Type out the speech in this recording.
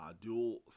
Dual